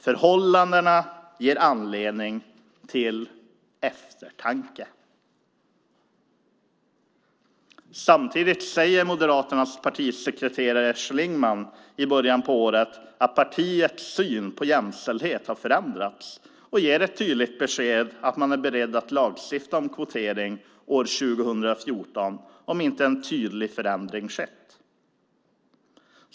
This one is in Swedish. Förhållandena ger anledning till eftertanke." Samtidigt säger Moderaternas partisekreterare Schlingmann i början på året att partiets syn på jämställdhet har förändrats och ger ett tydligt besked att man är beredd att lagstifta om kvotering år 2014 om inte en tydlig förändring skett.